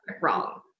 wrong